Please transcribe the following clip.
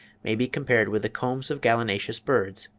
may be compared with the combs of gallinaceous birds,